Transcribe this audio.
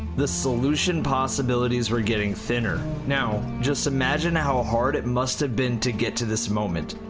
the solution possibilities were getting thinner. now, just imagine how ah hard it must have been to get to this moment,